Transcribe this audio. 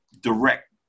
direct